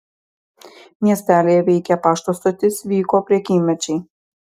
miestelyje veikė pašto stotis vyko prekymečiai